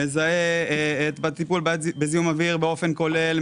מזהה בטיפול בזיהום אוויר באופן כולל.